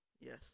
Yes